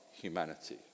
humanity